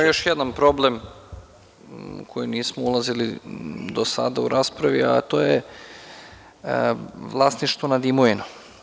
Imamo još jednom problem u koji nismo ulazili do sada u raspravi, a to je vlasništvo nad imovinom.